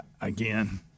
Again